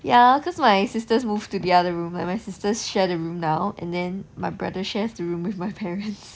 ya cause my sisters moved to the other room like my sisters share a room now and then my brother shares the room with my parents